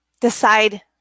decide